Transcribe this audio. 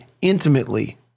intimately